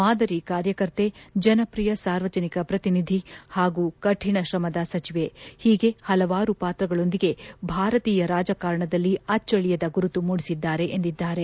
ಮಾದರಿ ಕಾರ್ಯಕರ್ತೆ ಜನಪ್ರಿಯ ಸಾರ್ವಜನಿಕ ಪ್ರತಿನಿಧಿ ಹಾಗೂ ಕಠಿಣ ಶ್ರಮದ ಸಚಿವೆ ಹೀಗೆ ಹಲವಾರು ಪಾತ್ರಗಳೊಂದಿಗೆ ಭಾರತೀಯ ರಾಜಕಾರಣದಲ್ಲಿ ಅಚ್ಚಳಿಯದ ಗುರುತು ಮೂಡಿಸಿದ್ದಾರೆ ಎಂದಿದ್ದಾರೆ